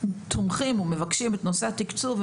תומכים ומבקשים את נושא התקצוב,